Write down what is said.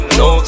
no